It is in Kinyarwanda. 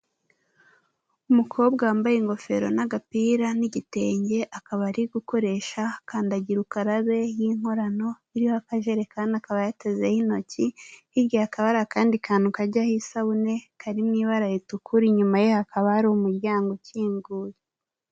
Umukobwa wambaye ingofero n'agapira n'igitenge, akaba ari gukoresha kandagira ukarabe y'inkorano iriho akajerekani, akaba yatezeho intoki hirya hakaba hari akandi kantu kajyaho isabune, kari mu ibara ritukura inyuma ye hakaba ari umuryango ukinguye.